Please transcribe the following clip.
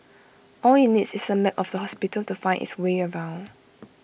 all IT needs is A map of the hospital to find its way around